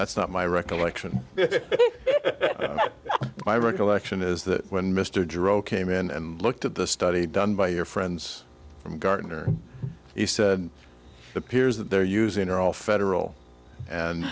that's not my recollection my recollection is that when mr jerome came in and looked at the study done by your friends from gartner he said the peers that they're using are all federal and